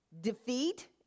defeat